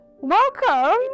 welcome